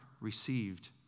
received